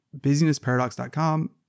busynessparadox.com